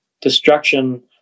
destruction